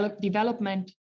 development